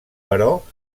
però